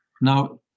Now